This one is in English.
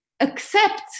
accept